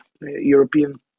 European